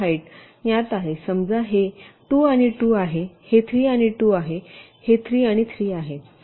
height ज्ञात आहेत समजा हे 2 आणि 2 आहे हे 3 आणि 2 आहे हे 3 आणि 3 आहे